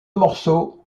morceau